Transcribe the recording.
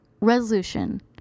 Resolution